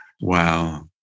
Wow